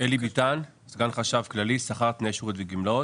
אלי ביתן, סגן חשב כללי, שכר, תנאי שירות וגמלאות,